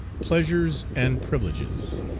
pleasures and privileges.